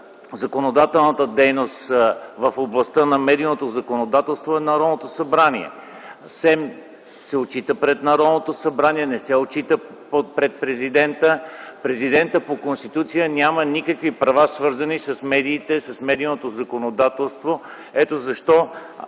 законодателната дейност в областта на медийното законодателство е Народното събрание. СЕМ се отчита пред Народното събрание, не се отчита пред Президента. Президентът по Конституция няма никакви права, свързани с медиите, с медийното законодателство.